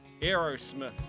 Aerosmith